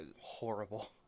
horrible